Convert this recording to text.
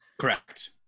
Correct